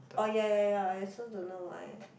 oh ya ya ya I also don't know why eh